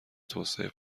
توسعه